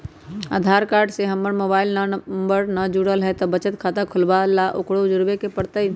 आधार card से हमर mobile number न जुरल है त बचत खाता खुलवा ला उकरो जुड़बे के पड़तई?